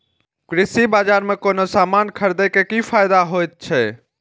कृषि बाजार में कोनो सामान खरीदे के कि फायदा होयत छै?